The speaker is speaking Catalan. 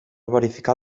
verificar